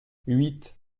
huit